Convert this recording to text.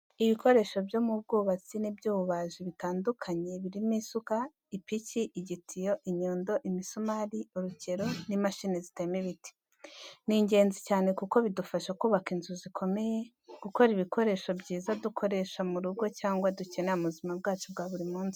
Ibikoresho byo mu bwubatsi n'iby'ububaji bitandukanye birimo isuka, ipiki, igitiyo, inyundo, imisumari, urukero, n’imashini zitema ibiti. Ni ingenzi cyane kuko bidufasha kubaka inzu zikomeye, gukora ibikoresho byiza dukoresha mu rugo cyangwa dukenera mu buzima bwacu bwa buri munsi.